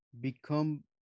become